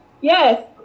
yes